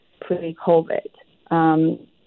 pre-COVID